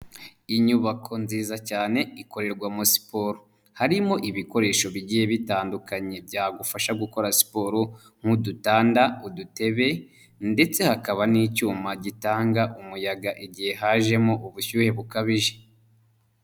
Inyubako nziza cyane ikorerwamo siporo, harimo ibikoresho bigiye bitandukanye byagufasha gukora siporo nk'udutanda, udutebe ndetse hakaba n'icyuma gitanga umuyaga igihe hajemo ubushyuhe bukabije.